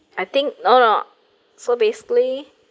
I think no lor so basically